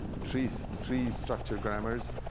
tree so tree structure grammars